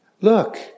Look